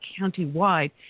countywide